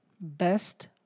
best